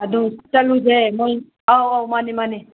ꯑꯗꯨ ꯆꯠꯂꯨꯁꯦ ꯃꯣꯏ ꯑꯥꯎ ꯑꯥꯎ ꯃꯥꯅꯤ ꯃꯥꯅꯤ